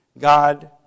God